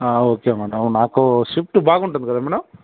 ఆ okay madam అవును నాకు స్విఫ్ట్ బాగుంటుంది కదా మేడం